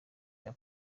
cya